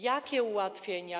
Jakie ułatwienia?